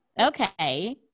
Okay